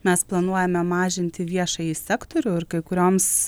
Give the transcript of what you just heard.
mes planuojame mažinti viešąjį sektorių ir kai kurioms